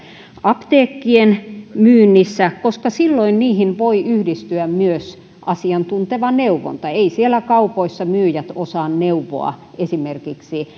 apteekkien myynnissä koska silloin niihin voi yhdistyä myös asiantunteva neuvonta eivät siellä kaupoissa myyjät osaa neuvoa esimerkiksi